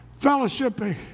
fellowshipping